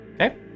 Okay